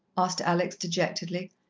asked alex dejectedly.